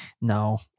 No